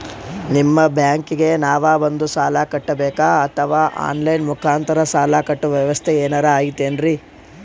ನಿಮ್ಮ ಬ್ಯಾಂಕಿಗೆ ನಾವ ಬಂದು ಸಾಲ ಕಟ್ಟಬೇಕಾ ಅಥವಾ ಆನ್ ಲೈನ್ ಮುಖಾಂತರ ಸಾಲ ಕಟ್ಟುವ ವ್ಯೆವಸ್ಥೆ ಏನಾರ ಐತೇನ್ರಿ?